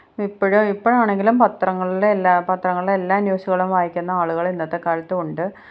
ഇപ്പോഴും ഇപ്പോഴാണെങ്കിലും പത്രങ്ങളിലെ എല്ലാ പത്രങ്ങളിലെ എല്ലാ ന്യൂസുകളും വായിക്കുന്ന ആളുകൾ ഇന്നത്തെക്കാലത്തുമുണ്ട്